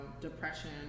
depression